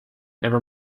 never